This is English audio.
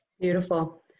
Beautiful